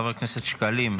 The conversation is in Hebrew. חבר הכנסת שקלים,